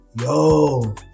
yo